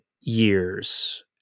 years